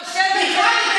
את יושבת ולא,